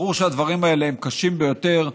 ברור שהדברים האלה הם קשים ביותר,